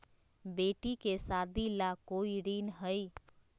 बेटी के सादी ला कोई ऋण हई?